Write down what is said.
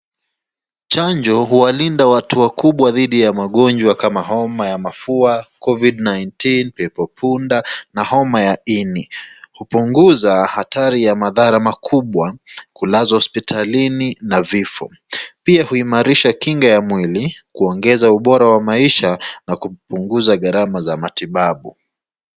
Chanjo huwalinda watu wakubwa dhidi ya magonjwa kama homa ya mafua, COVID-19 , pepopunda na homa ya ini. Hupunguza hatari ya madhara makubwa, kulazwa hospitalini na vifo. Pia huimarisha kinga ya mwili, kuongeza ubora wa maisha na kupunguza gharama za matibabu.